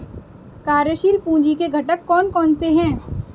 कार्यशील पूंजी के घटक कौन कौन से हैं?